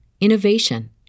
innovation